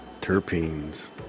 Terpenes